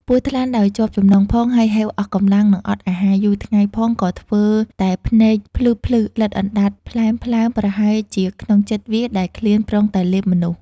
ពស់ថ្លាន់ដោយជាប់ចំណងផង ហើយហេវអស់កំលាំងនិងអត់អាហារយូរ ថ្ងៃផងក៏ធ្វើតែភ្នែកភ្លឹះៗ លិទ្ធអណ្ដាតភ្លែមៗ ប្រហែលជាក្នុងចិត្ដវាដែលឃ្លានប្រុងតែលេបមនុស្ស ។